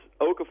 Okafor